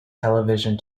television